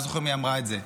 לא זוכר מי אמרה את זה.